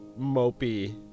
mopey